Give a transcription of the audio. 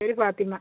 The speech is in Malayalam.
പേര് ഫാത്തിമ